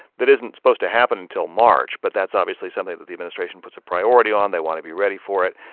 that isn't supposed to happen until march, but that's obviously something that the administration puts a priority on. they want to be ready for it.